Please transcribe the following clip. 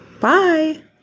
Bye